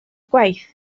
gwaith